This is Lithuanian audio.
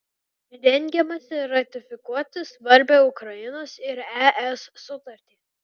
rengiamasi ratifikuoti svarbią ukrainos ir es sutartį